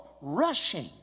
rushing